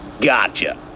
gotcha